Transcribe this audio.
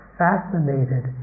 fascinated